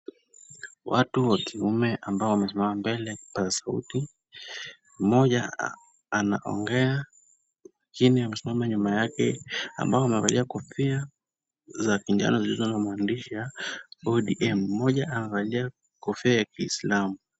Watu wa kiume ambao wamesimama mbele ya kipasa sauti. Mmoja anaongea wengine wamesimama nyuma yake ambao wamevalia kofia za kinjano zilozo na maandishi ya ODM. Mmoja amevalia kofia ya kiislamu.